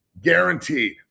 guaranteed